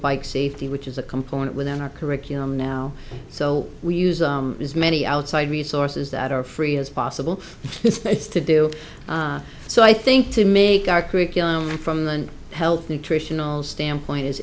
bike safety which is a component within our curriculum now so we use as many outside resources that are free as possible space to do so i think to make our curriculum from the health nutritional standpoint